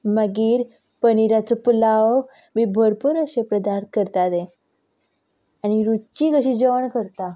मागीर पनिराचो पुलाव बी भरपूर अशे पदार्थ करता तें आनी रुच्चीक अशें जेवण करता